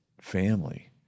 family